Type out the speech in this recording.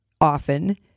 often